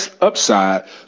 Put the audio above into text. upside